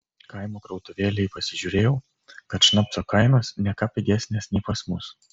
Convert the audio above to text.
kaimo krautuvėlėj pasižiūrėjau kad šnapso kainos ne ką pigesnės nei pas mus